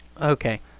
Okay